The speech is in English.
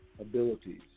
abilities